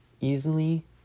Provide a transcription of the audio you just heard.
Easily